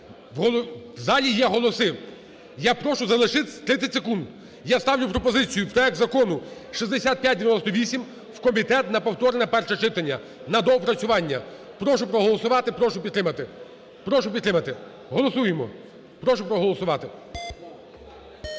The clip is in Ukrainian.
в залі є голоси, я прошу, залишилось 30 секунд. Я ставлю пропозицію проект Закону 6598 у комітет на повторне перше читання на доопрацювання. Прошу проголосувати, прошу підтримати. Прошу підтримати. Голосуємо. Прошу проголосувати.